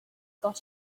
got